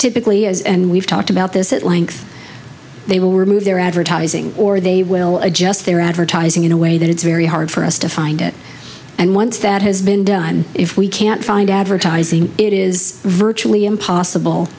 typically is and we've talked about this at length they will remove their advertising or they will adjust their advertising in a way that it's very hard for us to find it and once that has been done if we can't find advertising it is virtually impossible